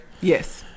Yes